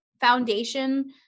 foundation